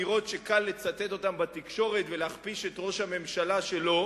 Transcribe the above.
אמירות שקל לצטט אותן בתקשורת ולהכפיש את ראש הממשלה שלו,